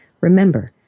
Remember